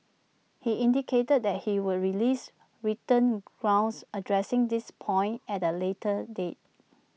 he indicated that he would release written grounds addressing this point at A later date